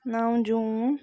نو جوٗن